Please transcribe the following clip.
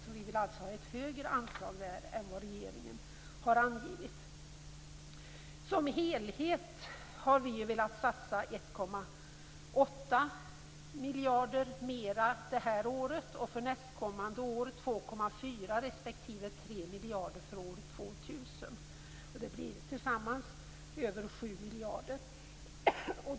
Vi vill alltså att anslaget skall vara högre än vad regeringen har angivit. Som helhet har vi velat satsa 1,8 miljarder mera det här året, 2,4 miljarder mera för nästkommande år och 3 miljarder mera för år 2000. Tillsammans blir detta över 7 miljarder.